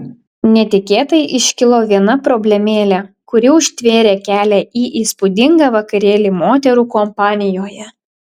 netikėtai iškilo viena problemėlė kuri užtvėrė kelią į įspūdingą vakarėlį moterų kompanijoje